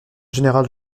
général